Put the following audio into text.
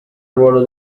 ruolo